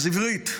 אז עברית,